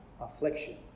affliction